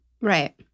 right